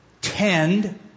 tend